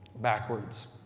backwards